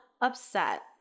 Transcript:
upset